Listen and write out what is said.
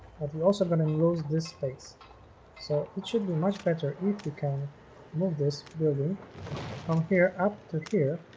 have you also going to lose this space so it should be much better if you can move this from um here up to here